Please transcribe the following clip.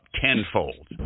tenfold